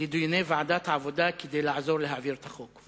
הוא היה מגיע לדיוני ועדת העבודה כדי לעזור להעביר את החוק,